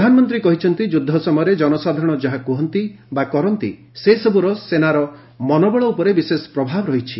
ପ୍ରଧାନମନ୍ତ୍ରୀ କହିଛନ୍ତି ଯୁଦ୍ଧ ସମୟରେ ଜନସାଧାରଣ ଯାହା କୁହନ୍ତି ବା କରନ୍ତି ସେସବୁର ସେନାର ମନୋବଳ ଉପରେ ବିଶେଷ ପ୍ରଭାବ ରହିଛି